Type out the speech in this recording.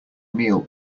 meal